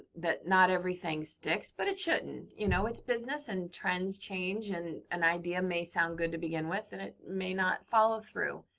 that not everything sticks but it shouldn't. you know it's business and trends change and an idea may sound good to begin with and it may not follow through.